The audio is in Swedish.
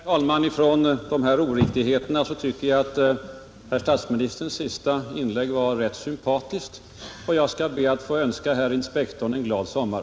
Herr talman! Bortsett från oriktigheterna tycker jag att herr statsministerns sista inlägg var rätt sympatiskt, och jag skall be att få önska herr inspektorn en glad sommar,